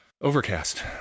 Overcast